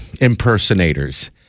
impersonators